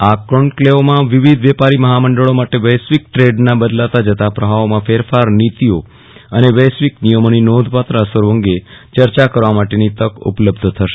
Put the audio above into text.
આ કોન્કલેવમાં વિવિધ વેપારી મહામંડળો માટે વૈશ્વિક ટ્રેડના બદલાતા જતા પ્રવાહોમાં ફેરફારો નીતિઓ અને વૈશ્વિક નિયમોની નોંધપાત્ર અસરો અંગે ચર્ચા કરવા માટેની તક ઉપલબ્ધ થશે